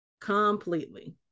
completely